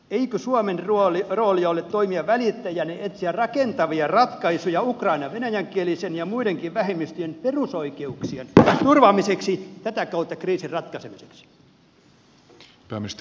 eikö suomen rooli ole toimia välittäjänä ja etsiä rakentavia ratkaisuja ukrainan venäjänkielisen ja muidenkin vähemmistöjen perusoikeuksien turvaamiseksi ja tätä kautta kriisin ratkaisemiseksi